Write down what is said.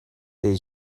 they